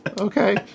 okay